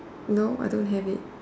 no I don't have it